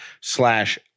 slash